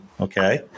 okay